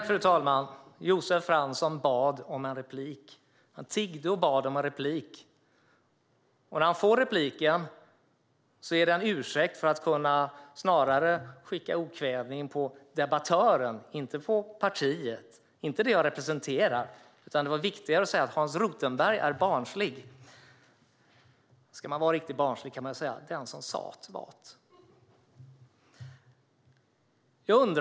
Fru talman! Josef Fransson tiggde och bad om en replik. När han får repliken är det en ursäkt för att skicka okvädingsord på mig som debattör i stället för att kritisera partiet och det jag representerar. Det var viktigare att säga att Hans Rothenberg är barnslig. Ska man vara riktigt barnslig kan man väl säga: Den som sa det var det.